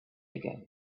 ago